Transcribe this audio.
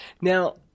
Now